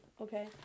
okay